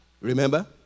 remember